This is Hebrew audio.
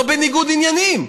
לא בניגוד עניינים.